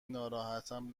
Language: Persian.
ناراحتم